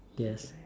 yes